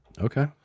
Okay